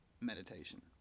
meditation